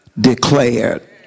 declared